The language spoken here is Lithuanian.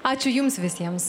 ačiū jums visiems